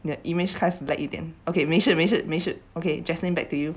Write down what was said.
你的 image 开始 black 一点 okay 没事没事没事 okay jaslyn back to you